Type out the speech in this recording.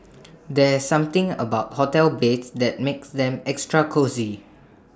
there's something about hotel beds that makes them extra cosy